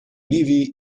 ливии